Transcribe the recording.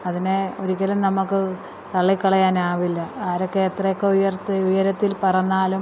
അതിനെ ഒരിക്കലും നമുക്ക് തള്ളിക്കളയാനാവില്ല ആരൊക്കെ എത്രയൊക്കെ ഉയർത്തി ഉയരത്തിൽ പറന്നാലും